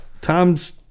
Times